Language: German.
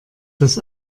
das